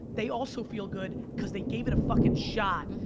they also feel good cause they gave it a fucking shot.